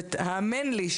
האמן לי,